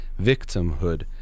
victimhood